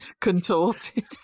contorted